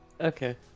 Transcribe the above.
Okay